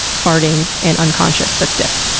farting, and unconscious, but stiff.